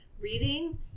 reading